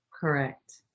Correct